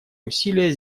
усилия